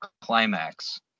climax